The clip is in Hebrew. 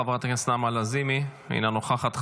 חברת הכנסת נעמה לזימי, אינה נוכחת.